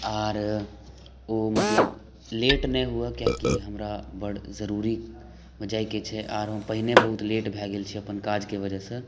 आओर ओ ममतलब लेट नहि हुअए कियाकि हमरा बड़ जरूरीमे जाइके छै आओर हम पहिनहि बहुत लेट भऽ गेल छी अपन काजके वजहसँ